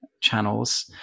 channels